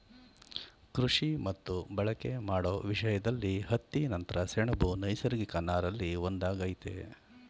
ಕೃಷಿ ಮತ್ತು ಬಳಕೆ ಮಾಡೋ ವಿಷಯ್ದಲ್ಲಿ ಹತ್ತಿ ನಂತ್ರ ಸೆಣಬು ನೈಸರ್ಗಿಕ ನಾರಲ್ಲಿ ಒಂದಾಗಯ್ತೆ